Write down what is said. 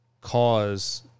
cause